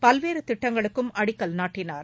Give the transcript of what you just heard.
பல்வேறு திட்டங்களுக்கும் அடிக்கல் நாட்டினார்